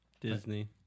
Disney